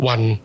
One